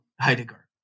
Heidegger